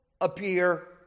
appear